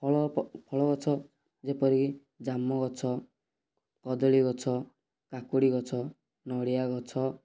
ଫଳ ଫଳ ଗଛ ଯେପରିକି ଜାମୁ ଗଛ କଦଳୀ ଗଛ କାକୁଡ଼ି ଗଛ ନଡ଼ିଆ ଗଛ